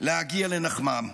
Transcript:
להגיע לנחמם.